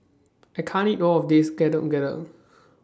I can't eat All of This Getuk Getuk